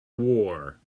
war